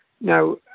Now